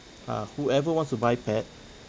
ah whoever wants to buy pet